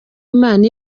imana